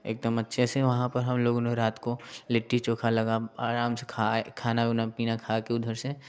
एकदम अच्छे से वहाँ पर हम लोगों ने रात को लिट्टी चोखा लगा आराम से खाए खाना वुना पीना खा के उधर से